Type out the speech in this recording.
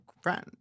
friend